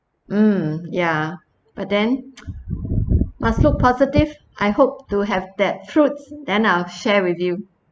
mm ya but then must look positive I hope to have that fruits then I'll share with you